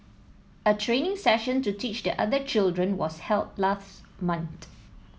a training session to teach the other children was held last month